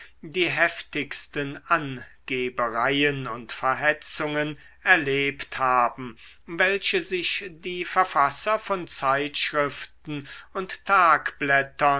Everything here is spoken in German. die heftigsten angebereien und verhetzungen erlebt haben welche sich die verfasser von zeitschriften und